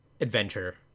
adventure